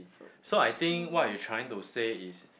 so I think what you trying to say is